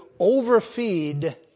overfeed